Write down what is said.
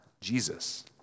Jesus